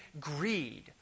greed